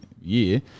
year